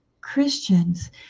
Christians